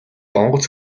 онгоц